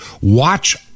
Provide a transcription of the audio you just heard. watch